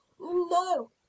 No